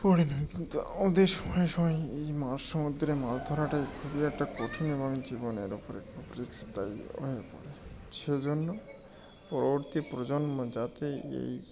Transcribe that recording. পড়ে না কিন্তু আমাদের সময়ে সময়ে এই মাঝসমুদ্রে মাছ ধরাটাই খুবই একটা কঠিন এবং জীবনের ওপরে খুব রিস্ক তাই হয়ে পড়ে সেজন্য পরবর্তী প্রজন্ম যাতে এই